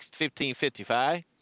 1555